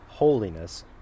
Holiness